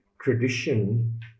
tradition